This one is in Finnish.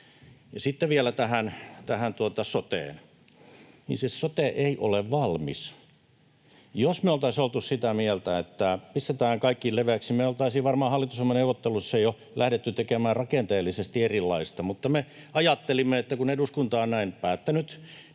Sitten vielä tähän soteen: Se sote ei ole valmis. Jos me oltaisiin oltu sitä mieltä, että pistetään kaikki leveäksi, me oltaisiin varmaan hallitusohjelmaneuvotteluissa jo lähdetty tekemään rakenteellisesti erilaista, mutta me ajattelimme, että kun eduskunta on näin päättänyt,